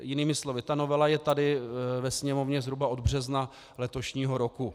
Jinými slovy, novela je tady ve Sněmovně zhruba od března letošního roku.